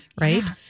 Right